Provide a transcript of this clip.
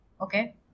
okay